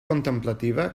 contemplativa